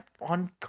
on